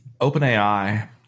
OpenAI